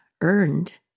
earned